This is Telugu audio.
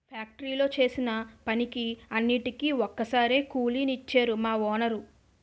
ఫ్యాక్టరీలో చేసిన పనికి అన్నిటికీ ఒక్కసారే కూలి నిచ్చేరు మా వోనరు